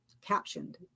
captioned